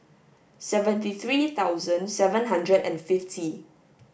seventy three thousand seven hundred and fifty